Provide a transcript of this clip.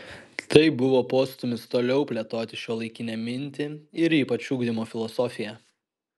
tai buvo postūmis toliau plėtoti šiuolaikinę mintį ir ypač ugdymo filosofiją